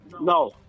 No